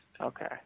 Okay